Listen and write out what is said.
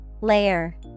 Layer